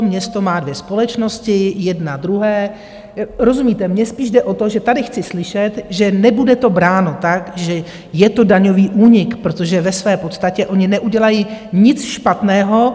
Město má dvě společnosti, jedna druhé rozumíte, mně spíš jde o to, že tady chci slyšet, že nebude to bráno tak, že je to daňový únik, protože ve své podstatě oni neudělají nic špatného.